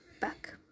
back